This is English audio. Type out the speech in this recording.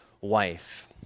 wife